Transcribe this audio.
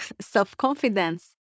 self-confidence